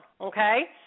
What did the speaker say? okay